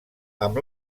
amb